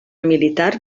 militar